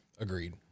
Agreed